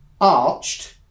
arched